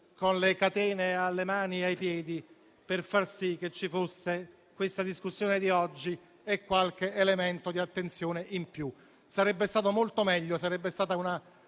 con le catene alle mani e ai piedi per far sì che ci fosse questa discussione di oggi e qualche elemento di attenzione in più. Sarebbe stato molto meglio, sarebbe stata una